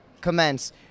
commence